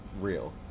real